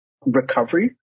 recovery